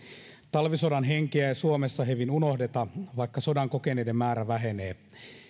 talvisodan henkeä ei suomessa hevin unohdeta vaikka sodan kokeneiden määrä vähenee